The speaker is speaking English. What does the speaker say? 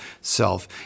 self